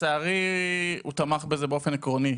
בזה באופן עקרוני.